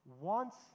wants